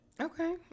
Okay